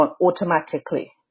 automatically